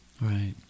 Right